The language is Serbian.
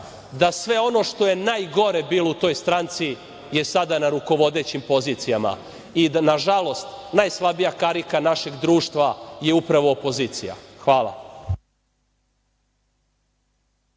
Sve ono najgore što je bilo u toj stranci je sada na rukovodećim pozicijama i da, nažalost, najslabija karika našeg društva je upravo opozicija. Hvala.